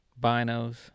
binos